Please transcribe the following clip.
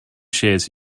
shares